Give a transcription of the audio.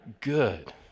good